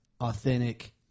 Authentic